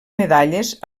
medalles